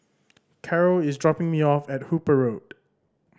Caro is dropping me off at Hooper Road